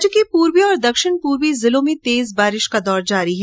राज्य के पूर्वी और दक्षिण पूर्वी जिलों में तेज बारिश का दौर जारी है